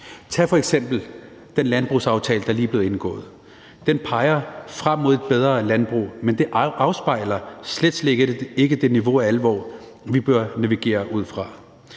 Tag f.eks. den landbrugsaftale, der lige er blevet indgået. Den peger frem mod et bedre landbrug, men den afspejler slet, slet ikke det niveau og den alvor, vi bør navigere ud fra.